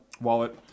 Wallet